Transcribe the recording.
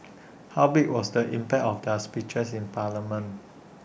how big was the impact of their speeches in parliament